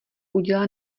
udělá